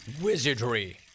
wizardry